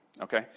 Okay